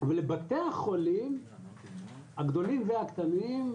אבל לבתי החולים הגדולים והקטנים,